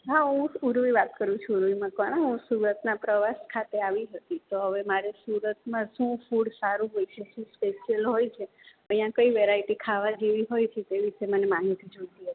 હા હું ઉર્વી વાત કરું છું ઉર્વી મકવાણા હું સુરતના પ્રવાસ ખાતે આવી હતી તો હવે મારે સુરતમાં શું ફૂડ સારું હોય છે શું સ્પેસિયલ હોય છે અઇયા કઈ વેરાયટી ખાવા જેવી હોય છે તે વિશે મને માહિતી જોતી હતી